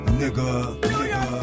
nigga